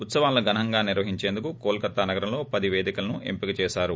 ఉత్సవాలను ఘనంగా నిర్వహిచేందుకు కోల్కత్తా నగరంలో పది పేదికలను ఎంపిక చేశారు